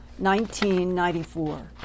1994